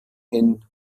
ein